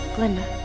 Glenda